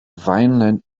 vineland